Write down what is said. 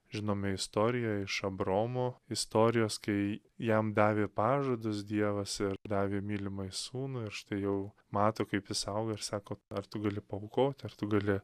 žinome istoriją iš abraomo istorijos kai jam davė pažadus dievas davė mylimąjį sūnų ir štai jau mato kaip jis auga ir sako ar tu gali paaukoti ar tu gali